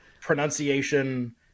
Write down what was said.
pronunciation